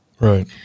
Right